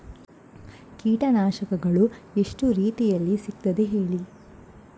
ಕೀಟನಾಶಕಗಳು ಎಷ್ಟು ರೀತಿಯಲ್ಲಿ ಸಿಗ್ತದ ಹೇಳಿ